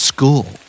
School